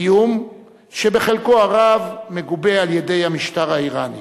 איום שבחלקו הרב מגובה על-ידי המשטר האירני.